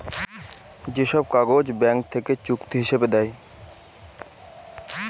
যে সব কাগজ ব্যাঙ্ক থেকে চুক্তি হিসাবে দেয়